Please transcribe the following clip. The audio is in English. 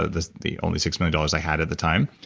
ah the the only six million dollars i had at the time.